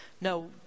no